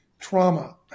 trauma